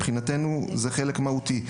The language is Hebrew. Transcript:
מבחינתנו, זה חלק מהותי.